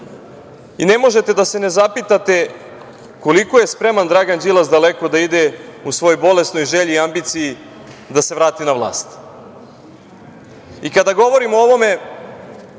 Ne možete da se ne zapitate koliko je spreman Dragan Đilas daleko da ide u svojoj bolesnoj želji i ambiciji da se vrati na vlast. Kada govorimo o ovome,